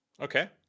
okay